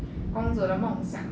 公主的梦想